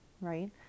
right